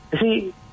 see